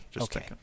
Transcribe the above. okay